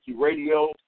radio